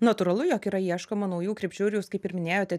natūralu jog yra ieškoma naujų krypčių ir jūs kaip ir minėjote